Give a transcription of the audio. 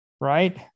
right